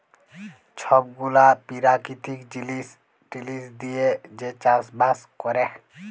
ছব গুলা পেরাকিতিক জিলিস টিলিস দিঁয়ে যে চাষ বাস ক্যরে